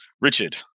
Richard